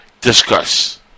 discuss